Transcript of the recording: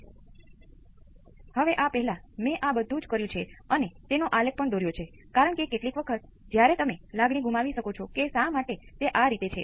તેથી જ્યારે V s 0 મારી પાસે R C 1 અને C છે તો આપણી પાસે કેટલા કેપેસિટર છે